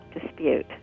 dispute